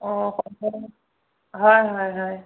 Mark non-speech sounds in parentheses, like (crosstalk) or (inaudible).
অঁ (unintelligible) হয় হয় হয়